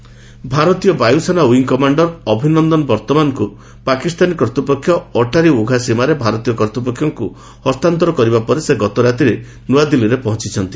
ଅଭିନନ୍ଦନ ଇଣ୍ଡିଆ ଭାରତୀୟ ବାୟୁସେନା ୱିଙ୍ଗ୍ କମାଣ୍ଡର ଅଭିନନ୍ଦନ ବର୍ତ୍ତମାନ୍ଙ୍କୁ ପାକିସ୍ତାନୀ କର୍ତ୍ତୃପକ୍ଷ ଅଟ୍ଟାରୀ ୱାଘା ସୀମାରେ ଭାରତୀୟ କର୍ତ୍ତ୍ୱପକ୍ଷଙ୍କୁ ହସ୍ତାନ୍ତର କରିବା ପରେ ସେ ଗତରାତିରେ ନୂଆଦିଲ୍ଲୀରେ ପହଞ୍ଚଛନ୍ତି